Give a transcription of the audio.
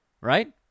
right